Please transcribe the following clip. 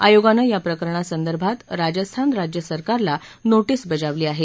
आयोगानं या प्रकरणासंदर्भानं राजस्थान राज्य सरकारला नोटीस बजावली आहे